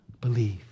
believe